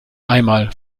einmal